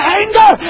anger